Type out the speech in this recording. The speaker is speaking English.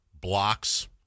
blocks